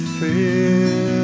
fear